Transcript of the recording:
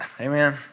Amen